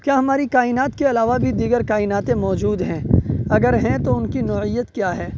کیا ہماری کائنات کے علاوہ بھی دیگر کائناتیں موجود ہیں اگر ہیں تو ان کی نوعیت کیا ہے